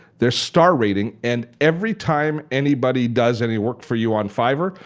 their star rating and every time anybody does any work for you on fiverr,